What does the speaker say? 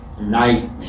night